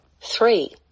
three